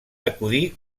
acudir